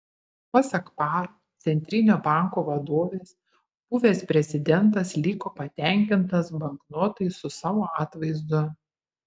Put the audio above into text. pasak par centrinio banko vadovės buvęs prezidentas liko patenkintas banknotais su savo atvaizdu